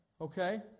Okay